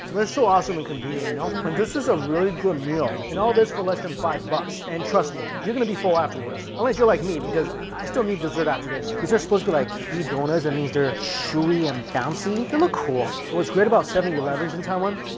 they're so awesome and convenient you know and this is a really good meal and all this for less than five bucks and trust me you're gonna be full afterwards unless you're like me because i still need dessert after this. these are supposed to like you don't as that means they're ah chewy and bouncy? they look cool. well. what's great about seven elevens in taiwan?